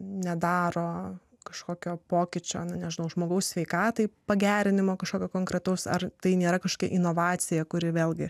nedaro kažkokio pokyčio nežinau žmogaus sveikatai pagerinimo kažkokio konkretaus ar tai nėra kažkokia inovacija kuri vėlgi